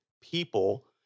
people